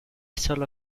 solo